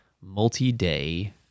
multi-day